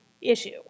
issue